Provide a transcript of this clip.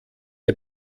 der